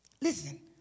Listen